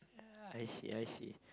I see I see